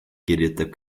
kirjutab